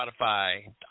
Spotify